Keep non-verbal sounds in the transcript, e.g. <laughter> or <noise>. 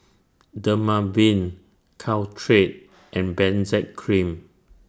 Dermaveen Caltrate <noise> and Benzac Cream